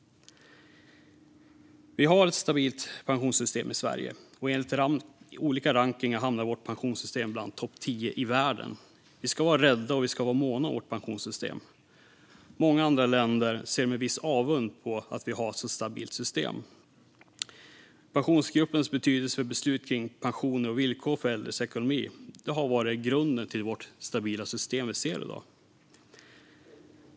Vi har ett stabilt pensionssystem i Sverige. Enligt olika rankningar är vårt pensionssystem bland de tio bästa i världen. Vi ska vara rädda och måna om vårt pensionssystem. Många andra länder ser med viss avund på att vi har ett så stabilt system. Pensionsgruppens betydelse för beslut om pensioner och villkor för äldres ekonomi har varit grunden till det stabila system som vi ser i dag.